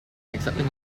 accepting